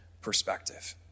perspective